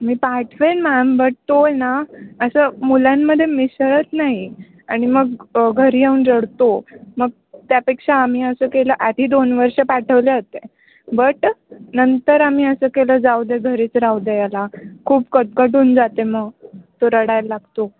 मी पाठवेन ma'am but तो ना असं मुलांमध्ये मिसळत नाही आणि मग घरी येऊन रडतो मग त्यापेक्षा आम्ही असं केलं आधी दोन वर्ष पाठवले होते बट नंतर आम्ही असं केलं जाऊ दे घरीच राहू दे याला खूप कटकट होऊन जाते मग तो रडायला लागतो